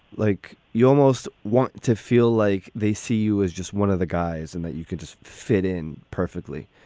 like, you almost want to feel like they see you as just one of the guys and that you could just fit in perfectly.